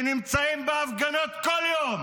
שנמצאים בהפגנות כל יום